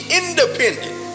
independent